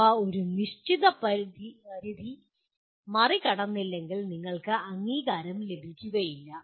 അവ ഒരു നിശ്ചിത പരിധി മറികടന്നില്ലെങ്കിൽ നിങ്ങൾക്ക് അംഗീകാരം ലഭിക്കുകയില്ല